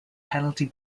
penalty